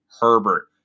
Herbert